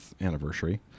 anniversary